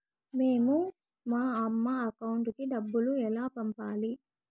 మేము మా అమ్మ అకౌంట్ కి డబ్బులు ఎలా పంపాలి